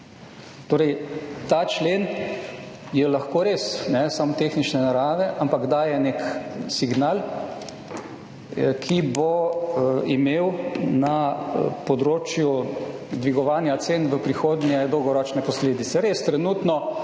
Torej, ta člen je lahko res ne samo tehnične narave, ampak daje nek signal, ki bo imel na področju dvigovanja cen v prihodnje dolgoročne posledice. Res trenutno